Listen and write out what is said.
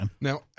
Now